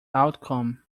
outcome